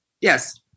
Yes